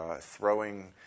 throwing